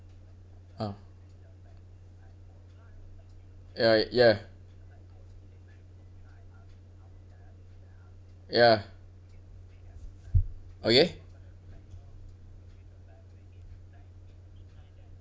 ah uh ya ya okay